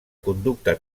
conducta